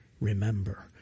remember